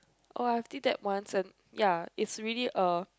oh I've did that once and ya it's really a